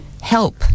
help